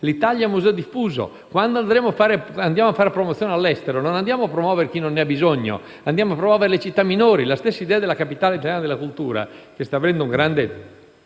l'Italia come museo diffuso. Quando andiamo a fare promozione all'estero non andiamo a promuovere chi non ne ha bisogno ma le città minori. La stessa idea della capitale generale della cultura che sta avendo un grande